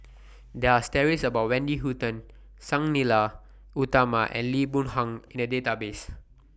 There Are stories about Wendy Hutton Sang Nila Utama and Lee Boon Yang in The Database